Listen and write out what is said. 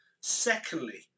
Secondly